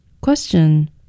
Question